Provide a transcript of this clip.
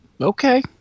Okay